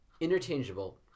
interchangeable